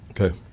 Okay